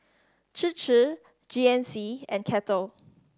Chir Chir G N C and Kettle